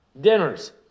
dinners